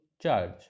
charge